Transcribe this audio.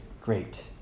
great